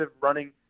running